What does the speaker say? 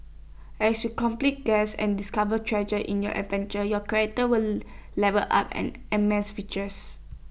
as you complete quests and discover treasures in your adventure your character will level up and amass riches